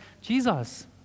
Jesus